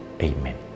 Amen